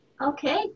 Okay